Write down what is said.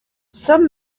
some